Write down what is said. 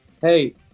hey